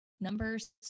numbers